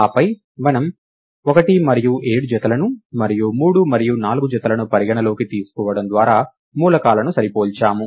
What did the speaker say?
ఆపై మనము 1 మరియు 7 జతలను మరియు 3 మరియు 4 జతలను పరిగణనలోకి తీసుకోవడం ద్వారా మూలకాలను సరిపోల్చాము